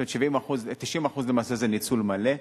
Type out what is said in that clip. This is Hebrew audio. זאת אומרת, 90% למעשה זה ניצול מלא.